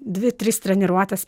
dvi trys treniruotės